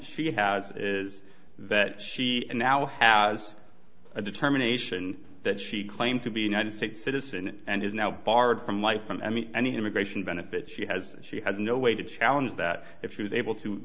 she has is that she now has a determination that she claimed to be united states citizen and is now barred from life and any immigration benefits she has she has no way to challenge that if she was able to